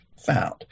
found